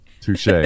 Touche